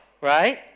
Right